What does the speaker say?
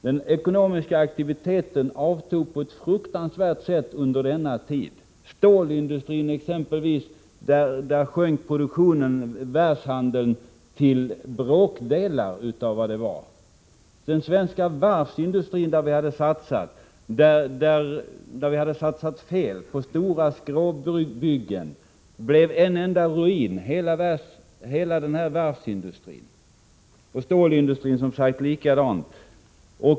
Den ekonomiska aktiviteten avtog på ett fruktansvärt sätt under denna tid. Inom exempelvis stålindustrin sjönk världshandeln till bråkdelar av vad den tidigare varit. Inom varvsområdet, där vi felaktigt hade satsat på stora skrovbyggen, blev hela vår svenska världsindustri en enda ruin. I fråga om stålindustrin var det som sagt likadant.